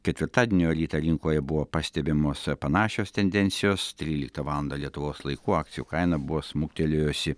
ketvirtadienio rytą rinkoje buvo pastebimos panašios tendencijos tryliktą valandą lietuvos laiku akcijų kaina buvo smuktelėjusi